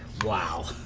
wow,